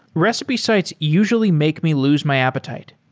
recipe sites usually make me lose my appetite.